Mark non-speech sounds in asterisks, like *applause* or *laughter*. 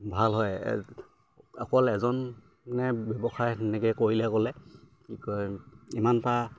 ভাল হয় অকল এজনে ব্যৱসায় সেনেকে কৰিলে ক'লে কি কয় ইমান *unintelligible*